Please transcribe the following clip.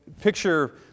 picture